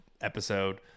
episode